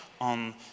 on